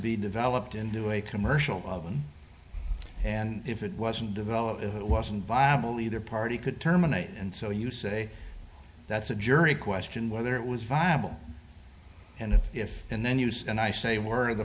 be developed into a commercial of one and if it wasn't developed it wasn't viable either party could terminate and so you say that's a jury question whether it was viable and if if and then use and i say w